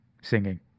singing